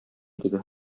диде